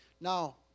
Now